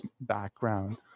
background